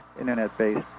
internet-based